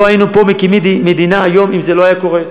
לא היינו מקימים פה מדינה היום אם זה לא היה קורה,